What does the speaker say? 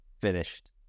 finished